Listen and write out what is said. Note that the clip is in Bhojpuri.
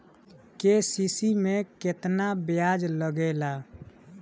के.सी.सी में केतना ब्याज लगेला?